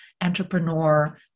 entrepreneur